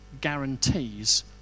guarantees